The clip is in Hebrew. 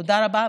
תודה רבה.